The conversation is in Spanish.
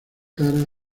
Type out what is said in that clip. tara